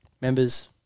Members